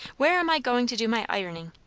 where am i going to do my ironing?